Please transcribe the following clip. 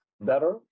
better